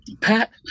pat